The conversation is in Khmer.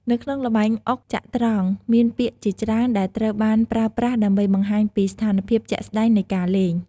នៅក្នុងល្បែងអុកចត្រង្គ មានពាក្យជាច្រើនដែលត្រូវបានប្រើប្រាស់ដើម្បីបង្ហាញពីស្ថានភាពជាក់ស្តែងនៃការលេង។